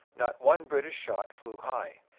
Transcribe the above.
not one british shot flew high.